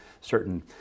certain